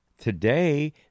Today